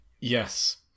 Yes